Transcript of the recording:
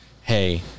hey